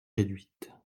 réduites